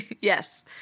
Yes